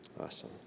Awesome